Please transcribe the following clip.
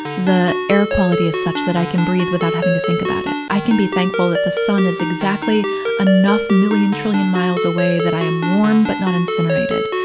the air quality is such that i can breathe without having to think about it. i can be thankful that the sun is exactly enough million, trillion mile away that i am warm, but not incinerated.